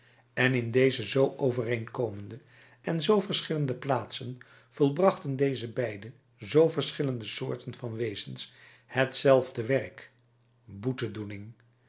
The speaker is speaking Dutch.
en in deze zoo overeenkomende en zoo verschillende plaatsen volbrachten deze beide zoo verschillende soorten van wezens hetzelfde werk boetedoening